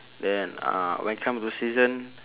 then uh when come to season